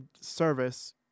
service